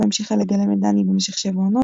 בה המשיכה לגלם את דני במשך 7 עונות,